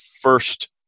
first